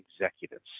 executives